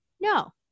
no